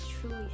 truly